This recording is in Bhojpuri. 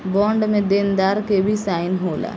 बॉन्ड में देनदार के भी साइन होला